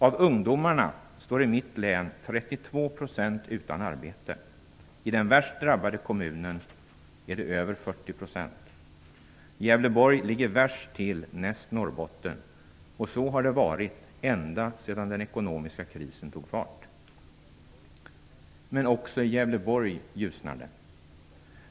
Av ungdomarna står i mitt län 32 % utan arbete. I den värst drabbade kommunen är det över 40 %. Gävleborg ligger värst till näst Norrbotten, och så har det varit ända sedan den ekonomiska krisen tog fart. Men också i Gävleborg ljusnar det nu.